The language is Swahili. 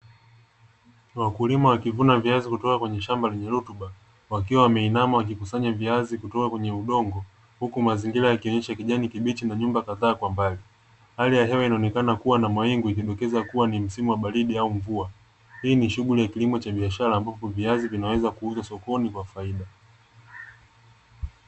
Wakulima wakivuna viazi kutoka kwenye shamba lenye rutuba wakiwa wameinama wakikusanya viazi kutoka kwenye udongo huku mazingira yakionyesha kijani kibichi na nyumba kadhaa kwa mbali, hali ya mawingu inaonyesha kuwa ni msimu wa baridi au mvua, hii ni shughuli ya kilimo cha biashara ambapo viazi vinaweza kuuzwa sokoni kwa faida.